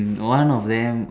mm one of them